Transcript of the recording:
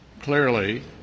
clearly